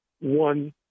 one